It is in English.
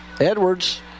Edwards